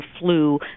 flu